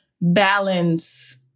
balance